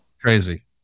crazy